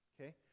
Okay